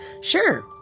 Sure